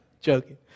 joking